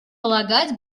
полагать